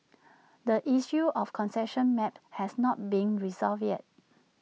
the issue of concession maps has not been resolved yet